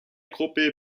gruppe